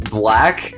black